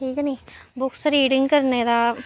ठीक ऐ नी बुक्स रीडिंग करने दा